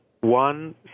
one